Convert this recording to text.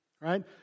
right